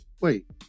Wait